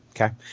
Okay